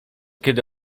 kiedy